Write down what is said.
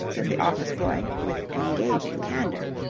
said the office-boy, with engaging candour.